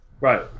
Right